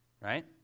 right